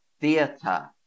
theatre